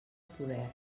poder